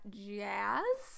jazz